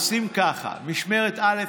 עושים ככה: משמרת א',